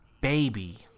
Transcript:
baby